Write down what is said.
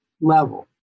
level